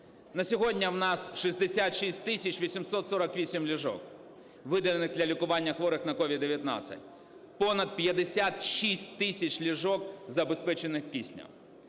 На сьогодні в нас 66 тисяч 848 ліжок, виділених для лікування хворих на COVID-19, понад 56 тисяч ліжок забезпечених киснем.